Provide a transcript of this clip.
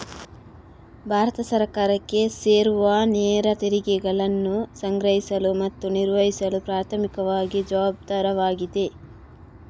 ಭಾರತ ಸರ್ಕಾರಕ್ಕೆ ಸೇರುವನೇರ ತೆರಿಗೆಗಳನ್ನು ಸಂಗ್ರಹಿಸಲು ಮತ್ತು ನಿರ್ವಹಿಸಲು ಪ್ರಾಥಮಿಕವಾಗಿ ಜವಾಬ್ದಾರವಾಗಿದೆ